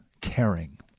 caring